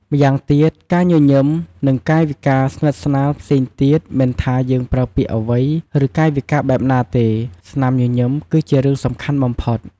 ម្យ៉ាងវិញទៀត ការញញឹម និងកាយវិការស្និទ្ធស្នាលផ្សេងទៀត មិនថាយើងប្រើពាក្យអ្វី ឬកាយវិការបែបណាទេ ស្នាមញញឹម គឺជារឿងសំខាន់បំផុត។